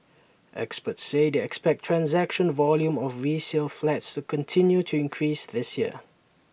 experts say they expect transaction volume of resale flats to continue to increase this year